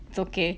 it's okay